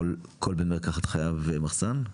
כול בית מרקחת חייב מחסן?